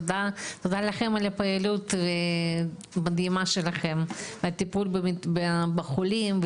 תודה לכם על הפעילות המדהימה שלכם והטיפול בחולים,